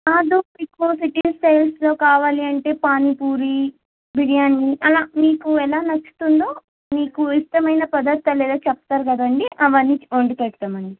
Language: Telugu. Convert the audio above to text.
కాదు మీకు సిటీ స్టైల్స్లో కావాలి అంటే పానీపూరి బిర్యానీ అలా మీకు ఎలా నచ్చుతుందో మీకు ఇష్టమైన పదార్థాలేదో చెప్తారు కదండి అవన్నీ వండి పెడతామండి